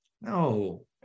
No